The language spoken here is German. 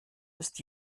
ist